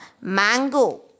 mango